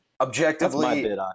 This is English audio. Objectively